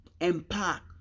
impact